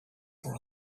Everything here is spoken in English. for